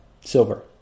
silver